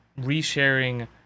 resharing